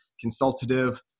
Consultative